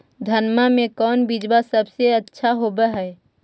धनमा के कौन बिजबा सबसे अच्छा होव है?